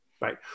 right